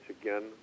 again